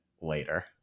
later